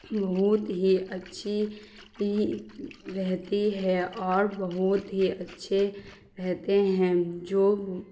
بہت ہی اچھی رہتی ہے اور بہت ہی اچھے رہتے ہیں جو